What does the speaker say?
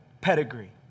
pedigree